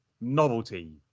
novelty